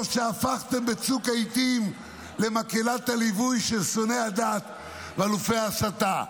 או הפכתם בצוק העיתים למקהלת הליווי של שונאי הדת ואלופי ההסתה?